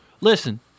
Listen